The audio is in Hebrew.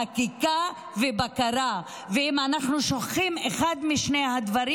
חקיקה ובקרה, ואם אנחנו שוכחים אחד משני הדברים,